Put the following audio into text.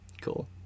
cool